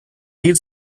need